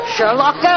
Sherlock